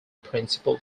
principal